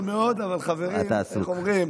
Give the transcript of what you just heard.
חשובה מאוד, אבל חברים, איך אומרים?